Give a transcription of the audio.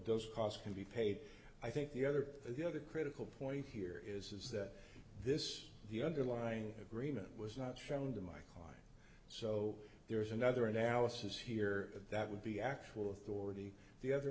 those costs can be paid i think the other the other critical point here is that this the underlying agreement was not shown to michael so there's another analysis here that would be actual authority the other